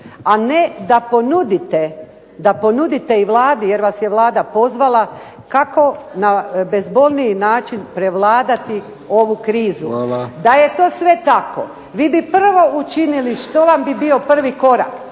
a ne da ponudite i Vladi jer vas je Vlada pozvala, kako na bezbolniji način prevladati ovu krizu. Da je to sve tako, vi bi prvo učinili što bi vam bio prvi korak.